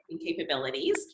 capabilities